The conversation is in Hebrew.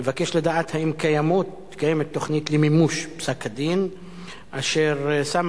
נבקש לדעת: האם קיימת תוכנית למימוש פסק-הדין אשר שמה